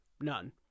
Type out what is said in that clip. None